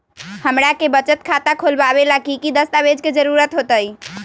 हमरा के बचत खाता खोलबाबे ला की की दस्तावेज के जरूरत होतई?